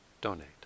donate